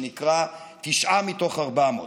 שנקרא "תשעה מתוך ארבע-מאות".